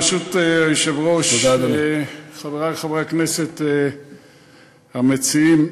ברשות היושב-ראש, חברי חברי הכנסת המציעים,